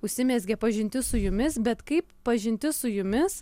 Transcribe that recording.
užsimezgė pažintis su jumis bet kaip pažintis su jumis